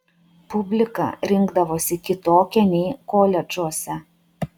publika rinkdavosi kitokia nei koledžuose